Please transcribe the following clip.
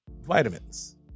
vitamins